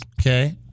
Okay